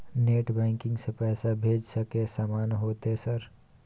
Net banking से पैसा भेज सके सामत होते सर?